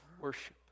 worship